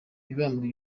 mibambwe